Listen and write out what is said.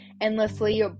endlessly